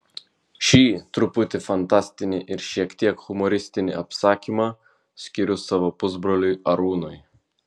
šį truputį fantastinį ir šiek tiek humoristinį apsakymą skiriu savo pusbroliui arūnui